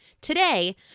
Today